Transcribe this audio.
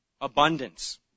abundance